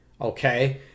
okay